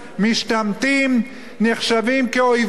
נחשבים כאויבי ומשנאי השם.